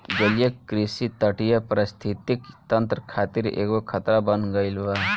जलीय कृषि तटीय परिस्थितिक तंत्र खातिर एगो खतरा बन गईल बा